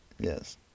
yes